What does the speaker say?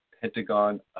Pentagon